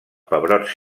pebrots